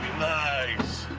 nice,